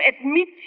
admit